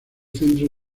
centro